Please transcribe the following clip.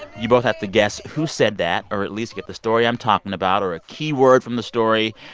you both have to guess who said that or at least get the story i'm talking about or a keyword from the story.